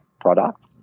product